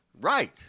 Right